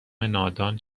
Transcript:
نادان